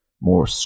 more